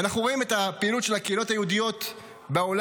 ואנחנו רואים את הפעילות של הקהילות היהודיות בעולם,